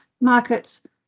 markets